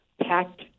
packed